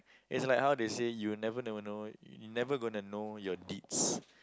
it's like how they say you never know know you never gonna know your deeds